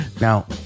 Now